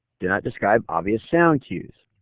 do not describe obvious sound cues.